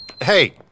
Hey